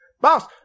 Boss